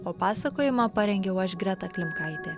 o pasakojimą parengiau aš greta klimkaitė